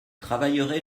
travaillerez